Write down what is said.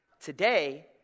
Today